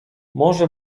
może